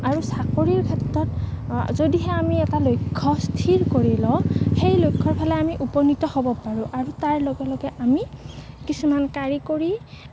আৰু চাকৰিৰ ক্ষেত্ৰত যদিহে আমি এটা লক্ষ্য স্থিৰ কৰি লওঁ সেই লক্ষ্যৰ ফালে আমি উপণীত হ'ব পাৰোঁ আৰু তাৰ লগে লগে আমি কিছুমান কাৰিকৰী